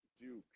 Duke